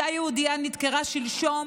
אישה יהודייה נדקרה שלשום